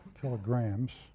kilograms